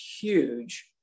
huge